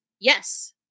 yes